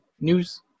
news